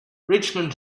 richmond